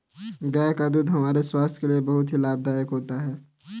गाय का दूध हमारे स्वास्थ्य के लिए बहुत ही लाभदायक होता है